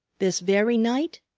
this very night?